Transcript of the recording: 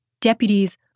Deputies